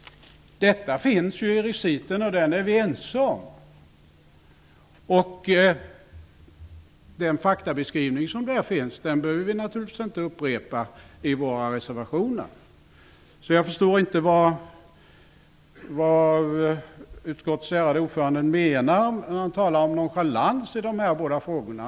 Detta återfinns ju i reciten, som vi är ense om. Den faktabeskrivning som där finns behöver vi naturligtvis inte upprepa i våra reservationer. Därför förstår jag inte vad utskottets ärade ordförande menar när han talar om nonchalans i de båda frågorna.